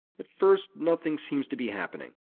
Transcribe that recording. at first nothing seems to be happening.